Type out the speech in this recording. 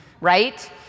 right